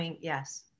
Yes